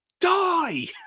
die